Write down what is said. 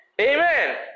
Amen